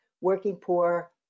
working-poor